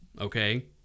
okay